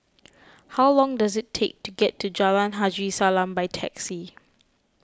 how long does it take to get to Jalan Haji Salam by taxi